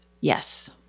Yes